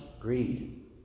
greed